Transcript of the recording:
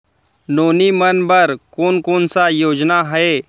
नोनी मन बर कोन कोन स योजना हे?